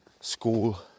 school